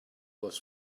was